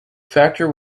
factor